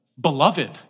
Beloved